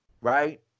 right